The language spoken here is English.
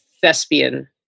thespian